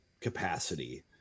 capacity